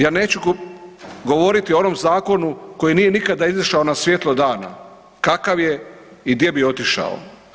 Ja neću govoriti o onom zakonu koji nije nikada izašao na svjetlo dana, kakav je i gdje bi otišao.